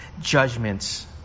judgments